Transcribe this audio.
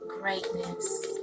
greatness